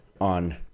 on